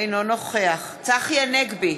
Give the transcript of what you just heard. אינו נוכח צחי הנגבי,